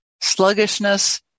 sluggishness